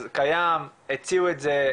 אז קיים הציעו את זה?